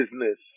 business